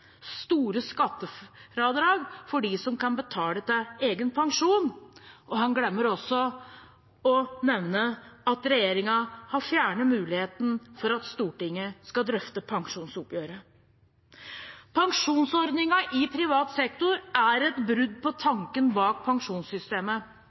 store skattefradrag for dem som kan betale til egen pensjon. Han glemmer også å nevne at regjeringen har fjernet muligheten for at Stortinget kan drøfte pensjonsoppgjøret. Pensjonsordningen i privat sektor er et brudd